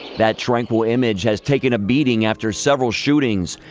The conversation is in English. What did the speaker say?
that tranquil image has taken a beating after several shootings,